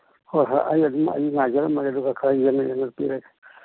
ꯍꯣꯏ ꯍꯣꯏ ꯑꯩ ꯑꯗꯨꯝ ꯑꯩ ꯉꯥꯏꯖꯔꯝꯃꯒꯦ ꯑꯗꯨꯒ ꯈꯔ ꯌꯦꯡꯉ ꯌꯦꯡꯉ ꯄꯤꯔꯒꯦ